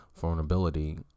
vulnerability